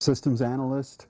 systems analyst